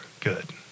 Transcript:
good